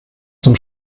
zum